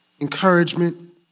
encouragement